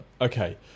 Okay